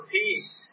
peace